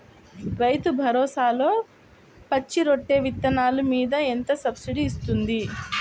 రైతు భరోసాలో పచ్చి రొట్టె విత్తనాలు మీద ఎంత సబ్సిడీ ఇస్తుంది?